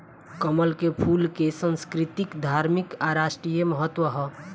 कमल के फूल के संस्कृतिक, धार्मिक आ राष्ट्रीय महत्व ह